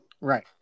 right